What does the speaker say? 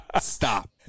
stop